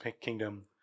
kingdom